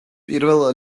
პირველ